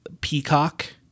Peacock